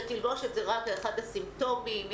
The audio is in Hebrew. שתלבושת זה רק אחד הסימפטומים שלו.